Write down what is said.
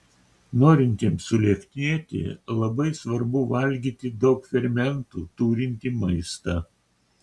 norintiems sulieknėti labai svarbu valgyti daug fermentų turintį maistą